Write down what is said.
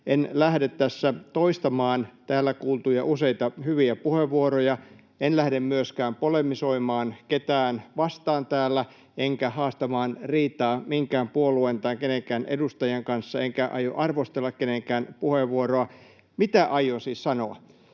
En lähde tässä toistamaan täällä kuultuja useita hyviä puheenvuoroja. En lähde myöskään polemisoimaan ketään vastaan täällä enkä haastamaan riitaa minkään puolueen tai kenenkään edustajan kanssa, enkä aio arvostella kenenkään puheenvuoroa. Mitä aion siis sanoa?